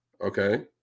okay